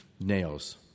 nails